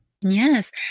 Yes